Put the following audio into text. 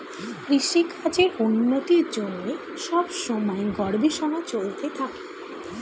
কৃষিকাজের উন্নতির জন্যে সব সময়ে গবেষণা চলতে থাকে